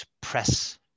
press